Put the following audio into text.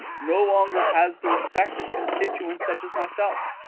no longer has the respective constituents, such as myself.